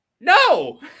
No